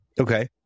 Okay